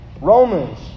Romans